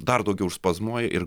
dar daugiau užspazmuoj ir